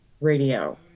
radio